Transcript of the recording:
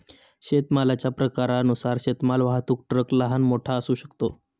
शेतमालाच्या प्रकारानुसार शेतमाल वाहतूक ट्रक लहान, मोठा असू शकतो